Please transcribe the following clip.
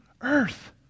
earth